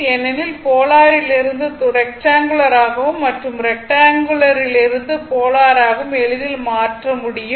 ஏனெனில் போலாரிலிருந்து ரெக்ட்டாங்குளர் ஆகவும் மற்றும் ரெக்ட்டாங்குளரிலிருந்து போலராகவும் எளிதில் மாற்ற முடியும்